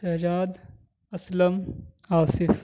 Shahzad Aslam Asif